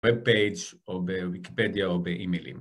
וויב פייג' או בוויקיפדיה או באימילים